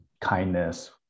kindness